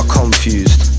confused